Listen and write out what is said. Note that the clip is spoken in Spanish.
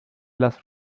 las